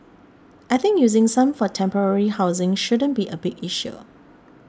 I think using some for temporary housing shouldn't be a big issue